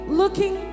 looking